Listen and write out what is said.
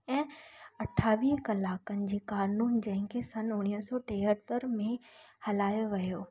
ऐं अठावीह कलाकनि जे क़ानून जंहिं खे सन उणिवीह सौ टेहतर में हलायो वियो